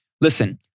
Listen